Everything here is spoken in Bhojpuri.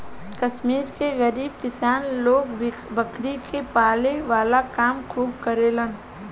कश्मीर के गरीब किसान लोग बकरी के पाले वाला काम खूब करेलेन